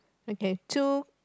okay two